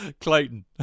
Clayton